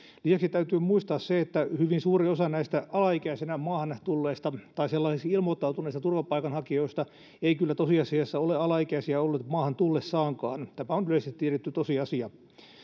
lisäksi täytyy muistaa se että hyvin suuri osa näistä alaikäisenä maahan tulleista tai sellaisiksi ilmoittautuneista turvapaikanhakijoista eivät kyllä tosiasiassa ole alaikäisiä olleet maahan tullessaankaan tämä on yleisesti tiedetty tosiasia